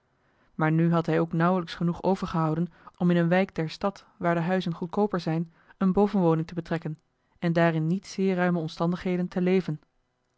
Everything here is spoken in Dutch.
maar nu had hij ook nauwelijks genoeg overgehouden om in eene wijk der stad waar de huizen goedkooper zijn eene bovenwoning te betrekken en daar in niet zeer ruime omstandigheden te leven